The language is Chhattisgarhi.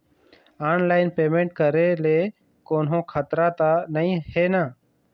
ऑनलाइन पेमेंट करे ले कोन्हो खतरा त नई हे न?